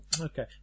Okay